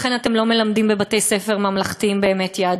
לכן אתם לא באמת מלמדים בבתי-ספר ממלכתיים יהדות.